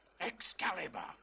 Excalibur